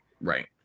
Right